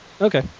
Okay